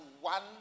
one